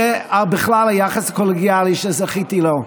ובכלל על היחס הקולגיאלי שזכיתי לו.